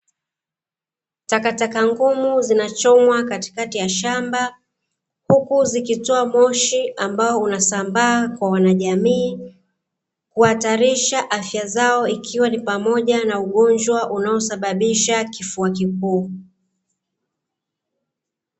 Takataka ngumu zinazochomwa katikati ya shamba, huku nzikitoa moshi ambao unasambaa kwa wanajamii kuhatarisha afya zao ikiwa ni pamoja na Ugonjwa unaosababisha kifua kikuu.